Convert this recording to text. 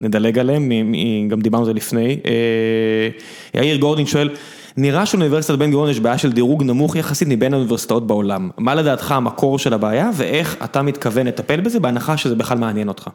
נדלג עליהם, גם דיברנו על זה לפני. יאיר גורדין שואל, נראה שאוניברסיטת בן גוריון יש בעיה של דירוג נמוך יחסית מבין האוניברסיטאות בעולם, מה לדעתך המקור של הבעיה ואיך אתה מתכוון לטפל בזה, בהנחה שזה בכלל מעניין אותך.